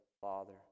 father